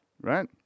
right